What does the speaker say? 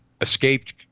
escaped